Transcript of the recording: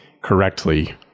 correctly